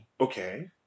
Okay